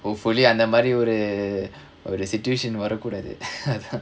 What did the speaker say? hopefully அந்தமாரி ஒரு ஒரு:anthamaari oru oru situation வரக்கூடது அதான்:varakkoodathu athaan